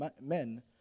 men